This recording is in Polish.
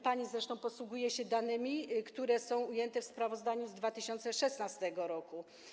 Pani zresztą posługuje się danymi, które są ujęte w sprawozdaniu z 2016 r.